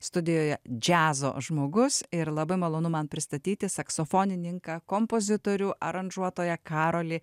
studijoje džiazo žmogus ir labai malonu man pristatyti saksofonininką kompozitorių aranžuotoją karolį